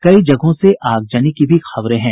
कई जगहों से आगजनी की भी खबरें हैं